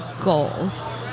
goals